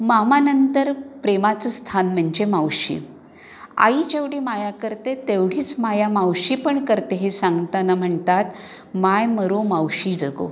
मामानंतर प्रेमाचं स्थान म्हणजे मावशी आई जेवढी माया करते तेवढीच माया मावशी पण करते हे सांगताना म्हणतात माय मरो मावशी जगो